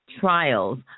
trials